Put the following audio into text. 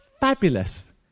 fabulous